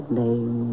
name